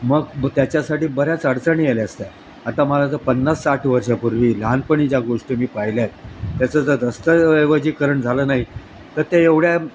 मग मग त्याच्यासाठी बऱ्याच अडचणी आल्या असत्या आता मला जर पन्नास साठ वर्षापूर्वी लहानपणी ज्या गोष्टी मी पाहिल्या आहेत त्याचं जर दस्तऐवजीकरण झालं नाही तर ते एवढ्या